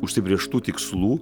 užsibrėžtų tikslų